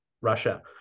russia